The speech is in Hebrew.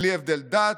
בלי הבדל דת,